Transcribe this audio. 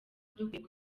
dukwiye